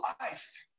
life